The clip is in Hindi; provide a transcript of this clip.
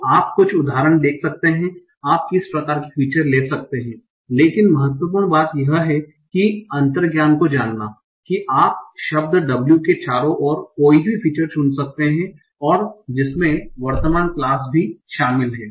तो आप कुछ उदाहरण देख सकते हैं कि आप किस प्रकार की फीचर्स ले सकते हैं लेकिन महत्वपूर्ण बात यह है कि अंतर्ज्ञान को जानना कि आप शब्द w के चारों ओर कोई भी फीचर चुन सकते हैं और जिसमें वर्तमान क्लास भी शामिल है